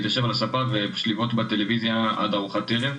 להתיישב על הספה ופשוט לבהות בטלוויזיה עד לזמן ארוחת הערב.